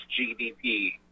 GDP